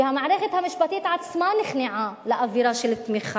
והמערכת המשפטית עצמה נכנעה לאווירה של תמיכה.